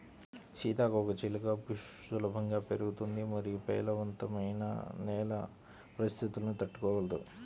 సీతాకోకచిలుక బుష్ సులభంగా పెరుగుతుంది మరియు పేలవమైన నేల పరిస్థితులను తట్టుకోగలదు